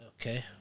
Okay